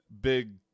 big